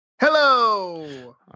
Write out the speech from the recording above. Hello